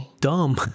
dumb